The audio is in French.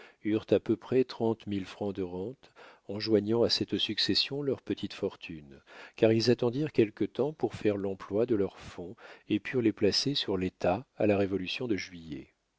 eurent à peu près trente mille francs de rente en joignant à cette succession leur petite fortune car ils attendirent quelque temps pour faire l'emploi de leurs fonds et purent les placer sur l'état à la révolution de juillet